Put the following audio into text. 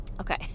Okay